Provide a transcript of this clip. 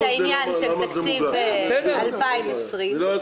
את העניין של תקציב 2020. אנחנו זהים